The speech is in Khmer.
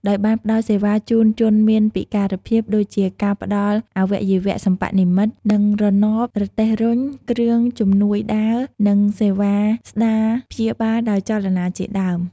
ដោយបានផ្ដល់សេវាជូនជនមានពិការភាព ដូចជា ការផ្ដល់អាវៈយវៈសិប្បនិម្មិត និងរណបរទេះរុញ គ្រឿងជំនួយដើរ និងសេវាស្តារព្យាបាលដោយចលនាជាដើម។